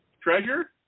treasure